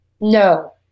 No